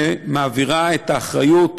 שמעבירה את האחריות